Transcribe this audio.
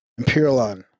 Imperialon